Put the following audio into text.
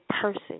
person